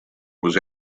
was